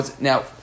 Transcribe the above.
Now